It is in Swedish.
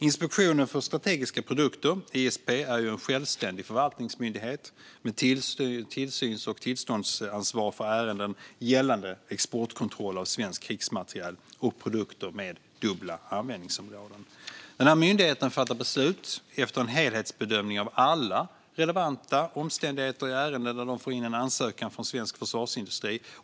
Inspektionen för strategiska produkter, ISP, är en självständig förvaltningsmyndighet med tillsyns och tillståndsansvar för ärenden gällande exportkontroller av svensk krigsmateriel och produkter med dubbla användningsområden. Myndigheten fattar beslut efter en helhetsbedömning av alla relevanta omständigheter i ärenden där de får in en ansökan från svensk försvarsindustri.